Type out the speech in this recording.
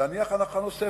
להניח הנחה נוספת,